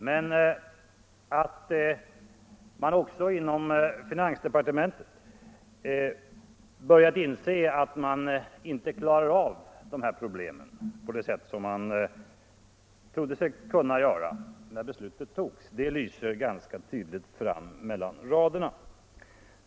Men att man också inom finansdepartementet börjat inse, att man inte klarar av dessa problem på det sätt som man trodde sig kunna göra när beslutet fattades lyser ganska tydligt fram mellan raderna.